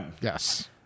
Yes